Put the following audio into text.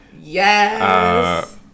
Yes